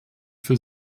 für